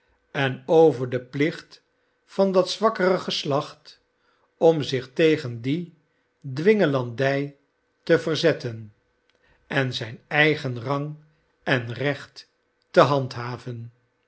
en over den plicht van dat zwakkere geslacht om zich tegen die dwingelandij te verzetten en zijn eigen rang en recht te handhaven